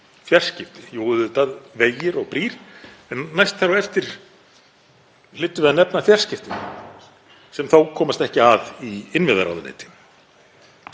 fjarskipti? Jú, auðvitað vegir og brýr en næst þar á eftir hlytum við að nefna fjarskiptin sem þó komast ekki að í innviðaráðuneyti.